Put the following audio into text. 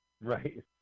Right